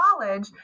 college